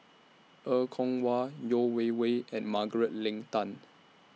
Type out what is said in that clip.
Er Kwong Wah Yeo Wei Wei and Margaret Leng Tan